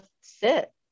sit